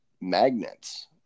magnets